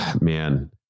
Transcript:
Man